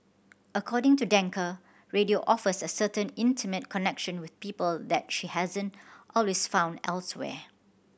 according to Danker radio offers a certain intimate connection with people that she hasn't always found elsewhere